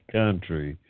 country